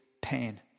pain